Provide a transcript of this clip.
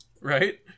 right